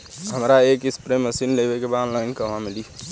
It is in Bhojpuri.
हमरा एक स्प्रे मशीन लेवे के बा ऑनलाइन कहवा मिली?